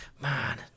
man